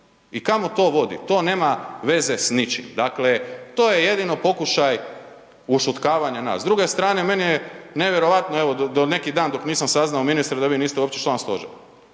i kamo to vodi? To nema veze s ničim, to je jedino pokušaj ušutkavanja nas. S druge strane meni je nevjerojatno evo do neki dan dok nisam saznao ministre vi niste uopće član stožera.